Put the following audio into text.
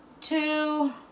two